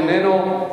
איננו.